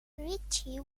ritchie